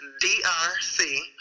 D-R-C